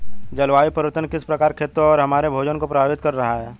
जलवायु परिवर्तन किस प्रकार खेतों और हमारे भोजन को प्रभावित कर रहा है?